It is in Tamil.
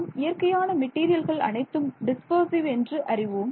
நாம் இயற்கையான மெட்டீரியல்கள் அனைத்தும் டிஸ்பர்சிவ் என்று அறிவோம்